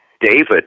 David